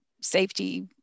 safety